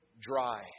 dry